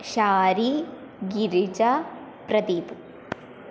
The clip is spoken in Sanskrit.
शारी गिरिजा प्रदीपः